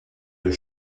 des